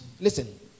listen